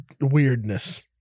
weirdness